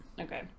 okay